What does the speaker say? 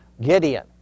Gideon